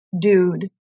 dude